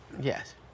Yes